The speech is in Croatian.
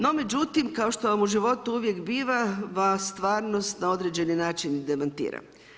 No međutim kao što vam u životu uvijek biva, stvarnost na određeni način demantira.